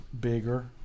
bigger